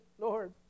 Lord